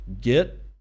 Get